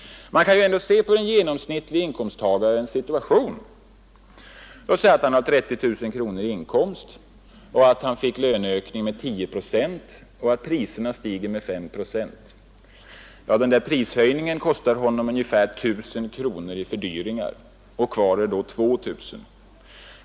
Man kan ändå se på den genomsnittliga inkomsttagarens situation. Låt oss säga att han hade 30 000 kronor i inkomst, att han fick en löneökning med 10 procent och att priserna stiger med 5 procent. Den prishöjningen kostar honom ungefär 1 000 kronor i fördyringar, och kvar står då 2 000.